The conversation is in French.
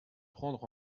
prendre